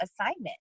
assignment